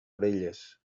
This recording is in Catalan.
orelles